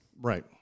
Right